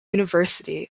university